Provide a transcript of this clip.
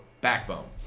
backbone